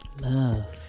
Love